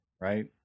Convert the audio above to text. right